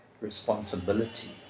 responsibility